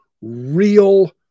real